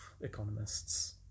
economists